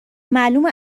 معلومه